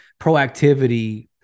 proactivity